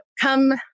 come